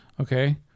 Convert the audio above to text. okay